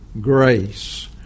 grace